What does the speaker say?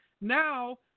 now